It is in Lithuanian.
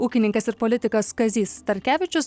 ūkininkas ir politikas kazys starkevičius